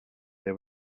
they